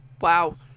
Wow